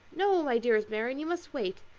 no, my dearest marianne, you must wait.